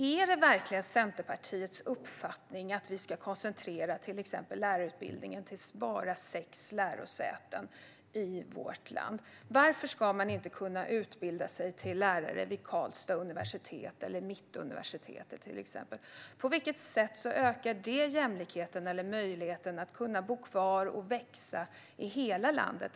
Är det verkligen Centerpartiets uppfattning att vi ska koncentrera till exempel lärarutbildningen till bara sex lärosäten i vårt land? Varför ska man inte kunna utbilda sig till lärare vid till exempel Karlstads universitet eller Mittuniversitetet? På vilket sätt ökar det jämlikheten eller möjligheten för människor att bo kvar och växa i hela landet?